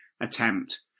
attempt